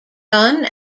done